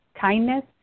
kindness